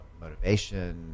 motivation